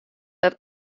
dat